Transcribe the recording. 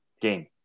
game